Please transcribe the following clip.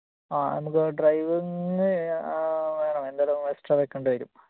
ആ നമ്മൾക്ക് ഡ്രൈവിങ്ങിന് ആ വേണോ എന്തെങ്കിലും എക്സ്ട്രാ വയ്ക്കേണ്ടി വരും